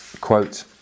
quote